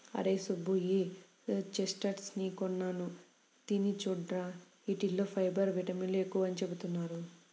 అరేయ్ సుబ్బు, ఈ చెస్ట్నట్స్ ని కొన్నాళ్ళు తిని చూడురా, యీటిల్లో ఫైబర్, విటమిన్లు ఎక్కువని చెబుతున్నారు